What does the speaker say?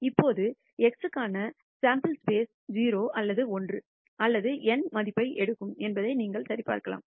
இப்போது x க்கான sample space 0 அல்லது 1 அல்லது n மதிப்பை எடுக்கும் என்பதை நீங்கள் சரிபார்க்கலாம்